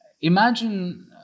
imagine